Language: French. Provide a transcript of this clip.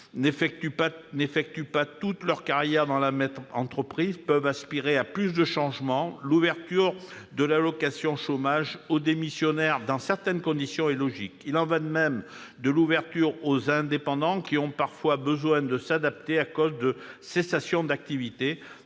n'effectuent pas toute leur carrière dans la même entreprise et peuvent aspirer à plus de changement : l'ouverture de l'allocation de chômage aux démissionnaires dans certaines conditions est donc logique. Il en est de même de son ouverture aux indépendants, qui ont parfois besoin de s'adapter après une cessation d'activité.